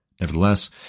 nevertheless